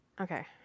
Okay